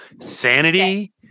Sanity